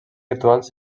rituals